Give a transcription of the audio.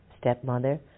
stepmother